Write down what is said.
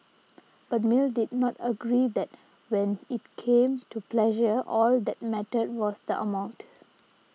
but Mill did not agree that when it came to pleasure all that mattered was the amount